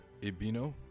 ibino